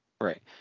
Right